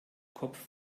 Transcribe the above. kopf